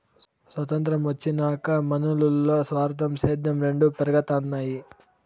సొతంత్రం వచ్చినాక మనునుల్ల స్వార్థం, సేద్యం రెండు పెరగతన్నాయి